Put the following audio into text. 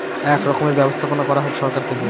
এক রকমের ব্যবস্থাপনা করা হোক সরকার থেকে